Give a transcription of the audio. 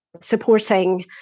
supporting